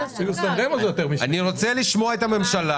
אתם לא אומרים את זה.